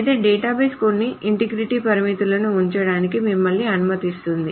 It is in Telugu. అయితే డేటాబేస్ కొన్ని ఇంటిగ్రిటీ పరిమితులను ఉంచడానికి మిమ్మల్ని అనుమతిస్తుంది